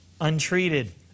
untreated